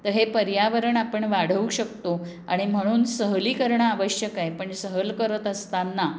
तर हे पर्यावरण आपण वाढवू शकतो आणि म्हणून सहली करणं आवश्यक आहे पण सहल करत असताना